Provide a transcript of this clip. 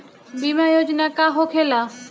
बीमा योजना का होखे ला?